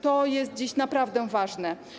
To jest dziś naprawdę ważne.